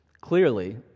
clearly